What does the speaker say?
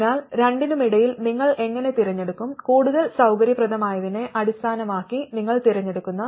അതിനാൽ രണ്ടിനുമിടയിൽ നിങ്ങൾ എങ്ങനെ തിരഞ്ഞെടുക്കും കൂടുതൽ സൌകര്യപ്രദമായതിനെ അടിസ്ഥാനമാക്കി നിങ്ങൾ തിരഞ്ഞെടുക്കുന്നു